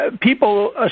people